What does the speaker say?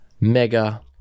mega